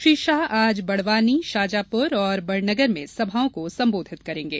श्री शाह आज बड़वानी शाजापुर औी बड़नगर में सभा को संबोधित करेंगे